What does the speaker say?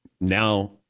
Now